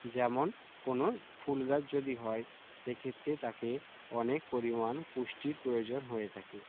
যেমন কোনও ফুল গাছ যদি হয় সেক্ষেত্রে তাকে অনেক পরিমাণ পুষ্টির প্রয়োজন হয়ে থাকে